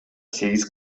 сегиз